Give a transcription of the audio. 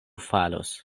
falos